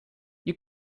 you